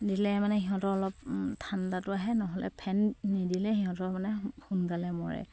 দিলে মানে সিহঁতৰ অলপ ঠাণ্ডাটো আহে নহ'লে ফেন নিদিলে সিহঁতৰ মানে সোনকালে মৰে